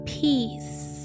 peace